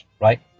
right